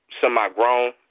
semi-grown